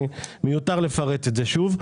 מיותר לפרט את זה שוב.